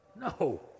No